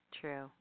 True